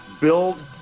build